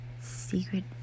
secret